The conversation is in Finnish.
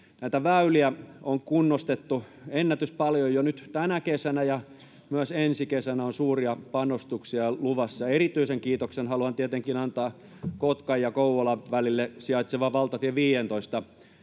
Väyliä on kunnostettu ennätyspaljon jo nyt tänä kesänä, ja myös ensi kesänä on suuria panostuksia luvassa. Erityisen kiitoksen haluan tietenkin antaa Kotkan ja Kouvolan välillä sijaitsevan valtatie 15:n